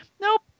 nope